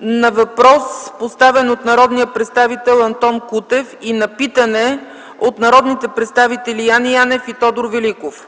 на въпрос, поставен от народния представител Антон Кутев, и на питане от народните представители Яне Янев и Тодор Великов.